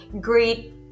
great